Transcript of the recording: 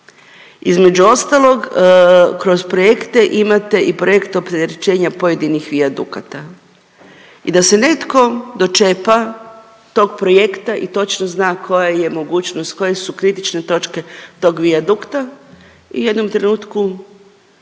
Između ostalog kroz projekte, imate i projekt opterećenja pojedinih vijadukata i da se netko dočepa tog projekta i točno zna koja je mogućnost, koje su kritične točke tog vijadukta u jednom trenutku